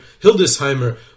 Hildesheimer